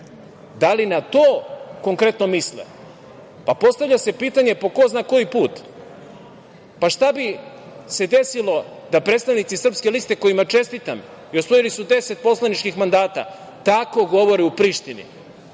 Da li na to konkretno misle? Postavlja se pitanje po ko zna koji put, šta bi se desilo da predstavnici Srpske liste, kojima čestitam, osvojili su deset poslaničkih mandata, tako govore u Prištini?